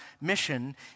mission